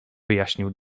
wyjaśnił